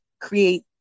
create